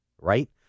right